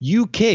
UK